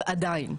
עדיין,